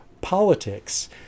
politics